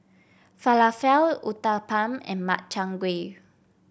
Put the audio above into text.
Falafel Uthapam and Makchang Gui